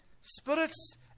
spirits